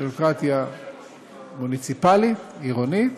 ביורוקרטיה מוניציפלית, עירונית,